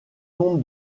nombre